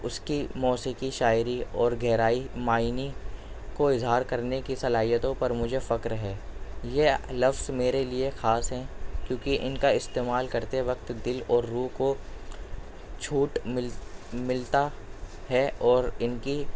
اس کی موسیقی شاعری اور گہرائی معانی کو اظہار کرنے کی صلاحیتوں پر مجھے فخر ہے یہ لفظ میرے لیے خاص ہیں کیونکہ ان کا استعمال کرتے وقت دل اور روح کو چھوٹ مل ملتا ہے اور ان کی